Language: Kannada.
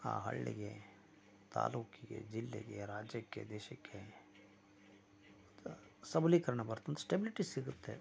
ಆ ಹಳ್ಳಿಗೆ ತಾಲೂಕಿಗೆ ಜಿಲ್ಲೆಗೆ ರಾಜ್ಯಕ್ಕೆ ದೇಶಕ್ಕೆ ಸಬಲೀಕರಣ ಬರ್ತಂತ ಸ್ಟೆಬಿಲಿಟಿ ಸಿಗುತ್ತೆ